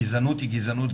גזענות היא גזענות,